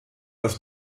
als